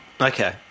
Okay